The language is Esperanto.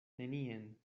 nenien